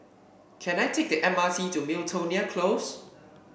can I take the M R T to Miltonia Close